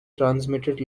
transmitted